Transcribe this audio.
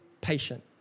patient